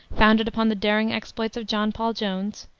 founded upon the daring exploits of john paul jones,